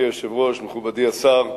אדוני היושב-ראש, מכובדי השר,